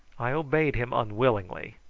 i obeyed him unwillingly,